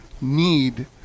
need